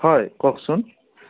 হয় কওকচোন